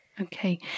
Okay